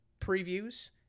previews